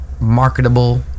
marketable